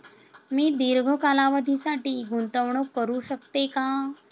मी दीर्घ कालावधीसाठी गुंतवणूक करू शकते का?